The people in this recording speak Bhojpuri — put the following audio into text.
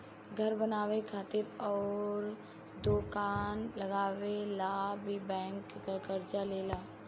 घर बनावे खातिर अउर दोकान चलावे ला भी बैंक से कर्जा मिलेला